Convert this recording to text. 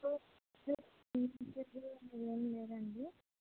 అదేమీ లేదా అండి